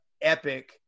epic